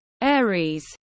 Aries